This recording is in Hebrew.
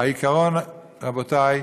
רבותי,